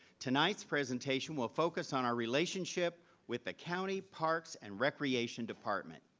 tonight's presentation will focus on our relationship with the county parks and recreation department.